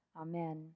Amen